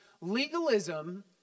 Legalism